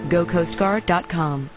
GoCoastGuard.com